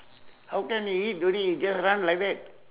how can you eat already just run like that